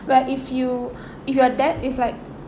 where if you if your debt is like